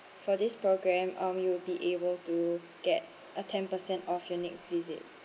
for this programme um you would be able to get a ten percent off your next visit